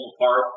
apart